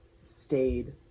stayed